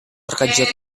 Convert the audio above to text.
terkejut